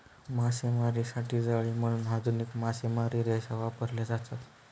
मासेमारीसाठी जाळी म्हणून आधुनिक मासेमारी रेषा वापरल्या जातात